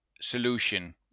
solution